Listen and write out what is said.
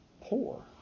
poor